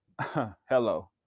hello